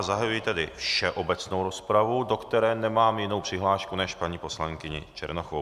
Zahajuji všeobecnou rozpravu, do které nemám jinou přihlášku než paní poslankyni Černochovou.